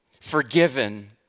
forgiven